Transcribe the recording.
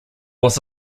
was